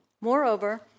Moreover